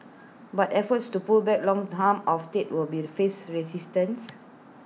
but efforts to pull back long Town of state will face resistance